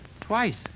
Twice